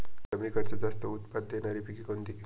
कमी खर्चात जास्त उत्पाद देणारी पिके कोणती?